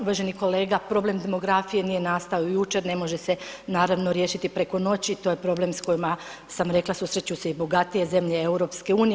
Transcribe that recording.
Uvaženi kolega problem demografije nije nastao jučer ne može se naravno riješiti preko noći, to je problem s kojima sam rekla susreću se i bogatije zemlje EU.